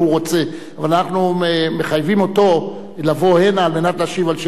אבל אנחנו מחייבים אותו לבוא הנה על מנת להשיב על שאלות ספציפיות.